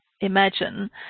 imagine